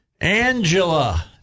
Angela